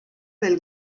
del